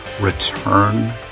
return